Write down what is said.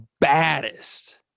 baddest